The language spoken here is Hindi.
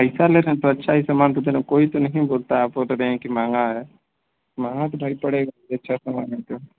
पैसा ले रहे हैं तो अच्छा ही सामान तो दे रहे हैं कोई तो नहीं बोलता है आप बोलते हैं कि महँगा है महँगा भाई पड़ेगा क्योंकि अच्छा सामान है तो